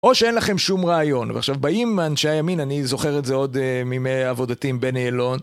או שאין לכם שום רעיון, ועכשיו באים אנשי הימין, אני זוכר את זה עוד מימי עבודתי עם בני אלון.